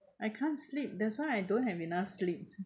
I can't sleep that's why I don't have enough sleep